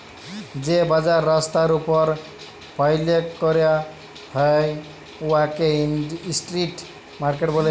যে বাজার রাস্তার উপর ফ্যাইলে ক্যরা হ্যয় উয়াকে ইস্ট্রিট মার্কেট ব্যলে